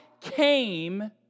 came